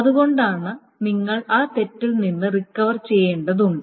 അതുകൊണ്ടാണ് നിങ്ങൾ ആ തെറ്റിൽ നിന്ന് റിക്കവർ ചെയ്യേണ്ടതുണ്ട്